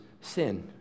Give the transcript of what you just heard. sin